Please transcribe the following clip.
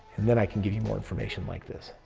and then i can give you more information like this.